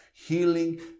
healing